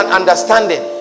understanding